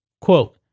Quote